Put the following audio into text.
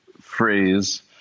phrase